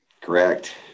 Correct